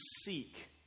seek